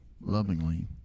lovingly